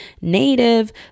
native